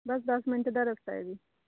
ਬਸ ਦਸ ਮਿੰਟ ਦਾ ਰਸਤਾ ਹੈ ਜੀ